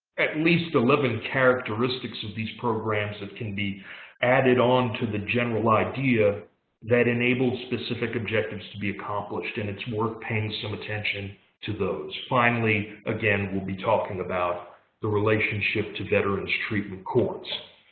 at least eleven characteristics of these programs that can be added on to the general idea that enables specific objectives to be accomplished. and it's worth paying some attention to those. finally, again, we'll be talking about the relationship to veterans treatment courts.